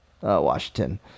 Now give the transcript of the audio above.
Washington